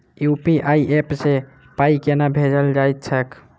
UPI app सँ पाई केना भेजल जाइत छैक?